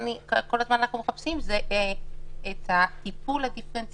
כל הזמן אנחנו מחפשים את הטיפול הדיפרנציאלי.